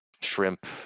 shrimp